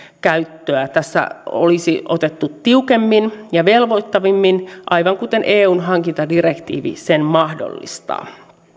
käyttöä tässä olisi otettu tiukemmin ja velvoittavammin aivan kuten eun hankintadirektiivi sen mahdollistaa